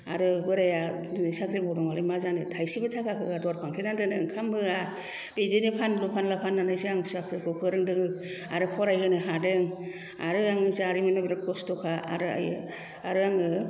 आरो बोराइआ दिनै साख्रि मावदोंमालाय मा जानो थायसेबो थाखा होआ दर फांथेनानै दोनो ओंखाम होआ बिदिनो फानलु फानला फाननानैसो आं फिसा फिसौखौ फोरोंदों आरो फरायहोनो हादों आरो आंनि जारिमिना बिराद खस्थ'खा आरो आरो आङो